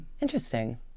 interesting